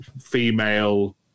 female